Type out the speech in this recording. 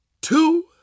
two